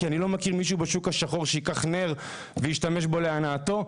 כי אני לא מכיר מישהו בשוק השחור שייקח נר וישתמש בו להנאתו.